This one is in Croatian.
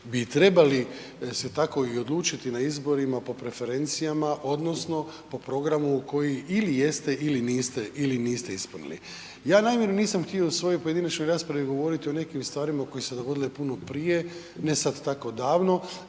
bi trebali se tako i odlučiti na izborima, po preferencijama, odnosno po programu koji jeste ili niste ispunili. Ja namjerno nisam htio u svojoj pojedinačnoj raspravi govoriti o nekim stvarima koje su se dogodile puno prije, ne sad tako davno